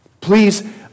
Please